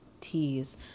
teas